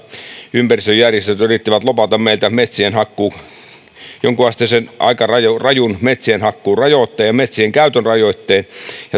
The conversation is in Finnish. ympäristöjärjestöt yrittivät lobata meiltä jonkunasteisen aika rajun rajun metsienhakkuurajoitteen ja metsien käytön rajoitteen